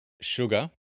sugar